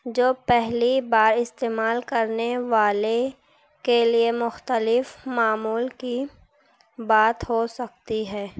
جو پہلی بار استعمال کرنے والے کے لیے مختلف معمول کی بات ہو سکتی ہے